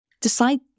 decide